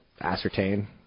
ascertain